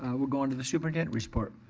we'll go into the superintendent's report.